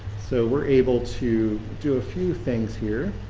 so we're able to do a few things here